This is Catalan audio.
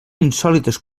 insòlites